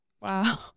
Wow